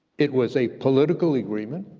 it was a political agreement,